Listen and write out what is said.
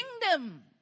kingdom